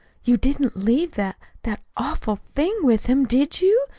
you didn't leave that that awful thing with him, did you?